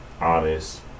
honest